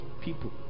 people